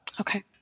Okay